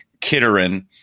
Kitterin